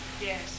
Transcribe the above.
Yes